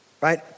right